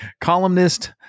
columnist